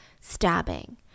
stabbing